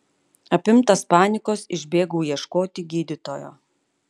apimtas panikos išbėgau ieškoti gydytojo